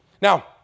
Now